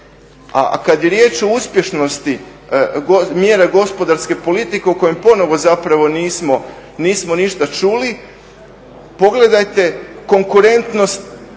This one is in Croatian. A kada je riječ o uspješnosti mjera gospodarske politike o kojem ponovno nismo ništa čuli, pogledajte konkurentnost